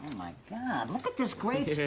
my god, look at this great